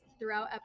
throughout